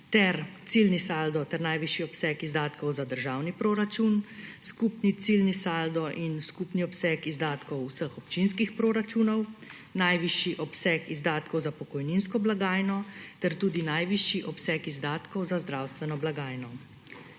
ter ciljni saldo ter najvišji obseg izdatkov za državni proračun, skupni ciljni saldo in skupni obseg izdatkov vseh občinskih proračunov, najvišji obseg izdatkov za pokojninsko blagajno ter tudi najvišji obseg izdatkov za zdravstveno blagajno.